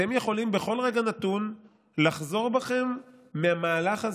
אתם יכולים בכל רגע נתון לחזור בכם מהמהלך הזה.